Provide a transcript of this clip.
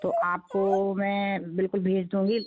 तो आपको मैं बिल्कुल भेज दूँगी